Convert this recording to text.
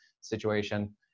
situation